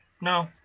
No